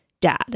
dad